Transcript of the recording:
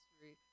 history